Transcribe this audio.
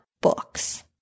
Books